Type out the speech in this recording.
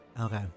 Okay